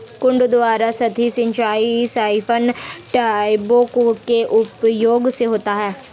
कुंड द्वारा सतही सिंचाई साइफन ट्यूबों के उपयोग से होता है